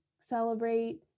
celebrate